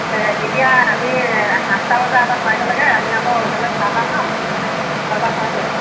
তেতিয়া আমি সাতটা বজা আগত পাই গ'লেগৈ আমি আকৌ হোটেলত চাহ তাহ খাম চাহ তাহ খাই আহিলোঁ